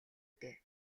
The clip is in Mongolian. дээ